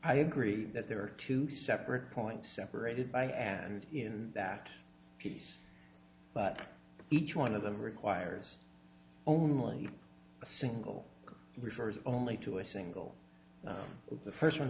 i agree that there are two separate points separated by and in that piece but each one of them requires only a single refers only to a single the first one